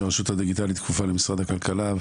שהרשות הדיגיטלית כפופה למשרד הכלכלה,